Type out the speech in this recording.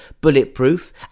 Bulletproof